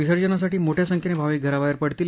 विसर्जनासाठी मोठ्या संख्येने भाविक घराबाहेर पडतील